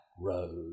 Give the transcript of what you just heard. road